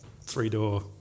three-door